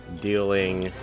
Dealing